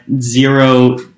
zero